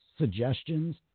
suggestions